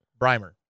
Brimer